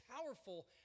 powerful